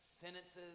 sentences